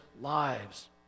lives